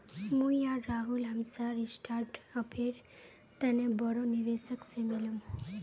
मुई आर राहुल हमसार स्टार्टअपेर तने बोरो निवेशक से मिलुम